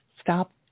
stop